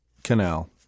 Canal